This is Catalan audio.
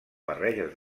barreges